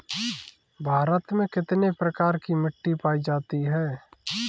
भारत में कितने प्रकार की मिट्टी पायी जाती है?